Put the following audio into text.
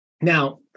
Now